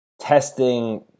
testing